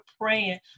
praying